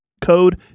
code